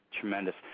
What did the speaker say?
tremendous